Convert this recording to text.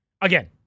Again